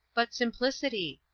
but simplicity?